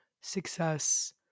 success